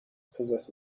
possess